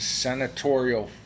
senatorial